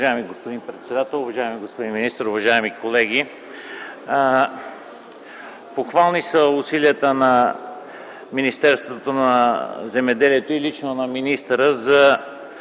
Уважаеми господин председател, уважаеми господин министър, уважаеми колеги! Похвални са усилията на Министерството на земеделието и храните и лично на министъра за